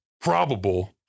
probable